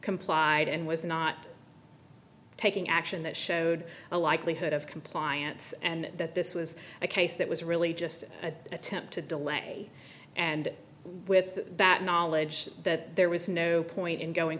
complied and was not taking action that showed a likelihood of compliance and that this was a case that was really just an attempt to delay and with that knowledge that there was no point in going